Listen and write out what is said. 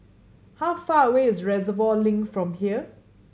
how far away is Reservoir Link from here